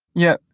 yeah,